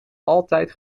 altijd